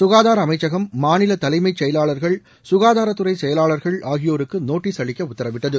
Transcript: க்காதார அமைச்சகம் மாநில தலைமைச் செயலாளர்கள் ககாதாரத்துறை செயலாளர்கள் ஆகியோருக்கு நோட்டீஸ் அளிக்க உத்தரவிட்டது